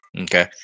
Okay